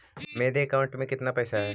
मेरे अकाउंट में केतना पैसा है?